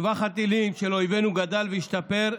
טווח הטילים של אויבינו גדל והשתפר,